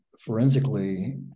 forensically